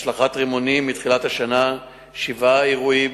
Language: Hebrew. השלכת רימונים: מתחילת השנה שבעה אירועים,